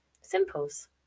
Simple's